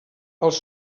els